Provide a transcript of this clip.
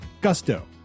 Gusto